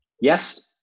Yes